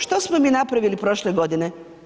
Što smo mi napravili prošle godine?